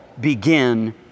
begin